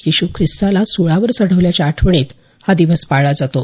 येशू ख्रिस्ताला सूळावर चढवल्याच्या आठवणीत हा दिवस पाळला जातो